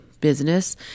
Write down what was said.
business